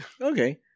Okay